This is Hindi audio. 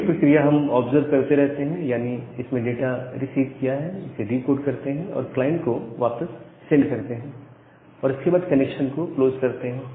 वही प्रक्रिया हम ऑब्जर्व करते रहते हैं यानी इसमें डाटा रिसीव किया है इसे डिकोड करते हैं और क्लाइंट को वापस सेंड करते हैं और इसके बाद कनेक्शन को क्लोज करते हैं